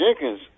Jenkins